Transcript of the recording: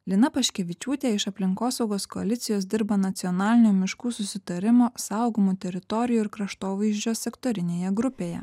lina paškevičiūtė iš aplinkosaugos koalicijos dirba nacionalinio miškų susitarimo saugomų teritorijų ir kraštovaizdžio sektorinėje grupėje